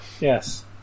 Yes